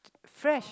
fresh